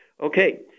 Okay